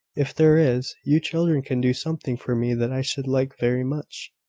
if there is, you children can do something for me that i should like very much,